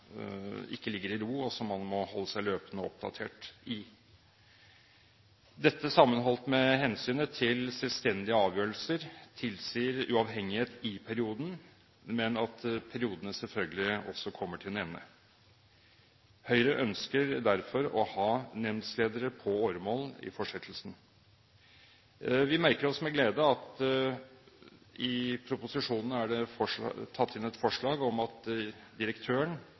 ikke ligger i ro, og som man må holde seg løpende oppdatert i. Dette, sammenholdt med hensynet til selvstendige avgjørelser, tilsier uavhengighet i perioden, men perioden kommer selvfølgelig også til en ende. Høyre ønsker derfor å ha nemndledere på åremål i fortsettelsen. Vi merker oss med glede at det i proposisjonen er tatt inn et forslag om at direktøren